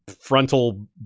frontal